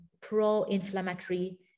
pro-inflammatory